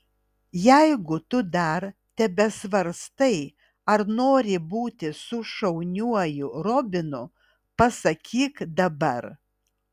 jeigu tu dar tebesvarstai ar nori būti su šauniuoju robinu pasakyk dabar